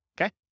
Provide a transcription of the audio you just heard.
okay